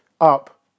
up